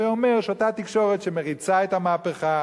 הווי אומר שאותה תקשורת שמריצה את המהפכה,